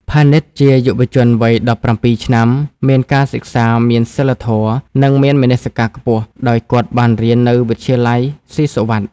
ផានីតជាយុវជនវ័យ ១៧ ឆ្នាំ មានការសិក្សា មានសីលធម៌ និងមានមនសិការខ្ពស់ ដោយគាត់បានរៀននៅវិទ្យាល័យស៊ីសុវត្ថិ។